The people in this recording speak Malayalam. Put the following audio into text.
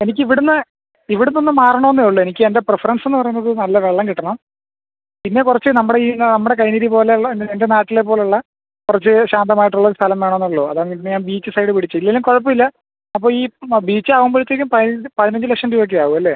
എനിക്ക് ഇവിടുന്ന് ഇവിടുന്നൊന്ന് മാറണമെന്ന് ഉള്ളൂ എനിക്ക് എൻ്റെ പ്രിഫെറെൻസ്ന്ന് പറയുന്നത് നല്ല വെള്ളം കിട്ടണം പിന്നെ കുറച്ച് നമ്മുടെ ഈ നമ്മുടെ കൈനിരി പോലുള്ള എൻ്റെ നാട്ടിലെ പോലുള്ള കുറച്ച് ശാന്തമായിട്ടുള്ളൊരു സ്ഥലം വേണമെന്നുള്ളൂ അതാണ് പിന്നെ ഞാൻ ബീച്ച് സൈഡ് പിടിച്ച് ഇല്ലേലും കുഴപ്പമില്ല അപ്പോൾ ഈ ബീച്ചാവുമ്പോഴത്തേക്ക് തിനഞ്ച് പതിനഞ്ച് ലക്ഷം രൂപൊക്കെയാവും അല്ലേ